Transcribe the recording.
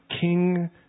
king